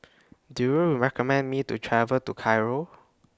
Do YOU recommend Me to travel to Cairo